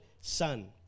son